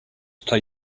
play